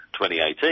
2018